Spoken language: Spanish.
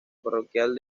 parroquial